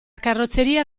carrozzeria